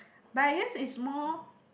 but I guess it's more